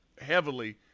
heavily